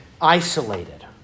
isolated